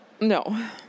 No